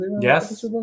yes